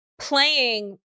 playing